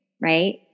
right